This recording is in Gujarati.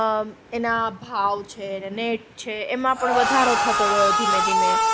એના ભાવ છે નેટ છે એમાં પણ વધારો થતો ગયો ધીમે ધીમે